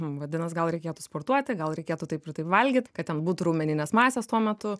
vadinas gal reikėtų sportuoti gal reikėtų taip ir taip valgyt kad ten būtų raumeninės masės tuo metu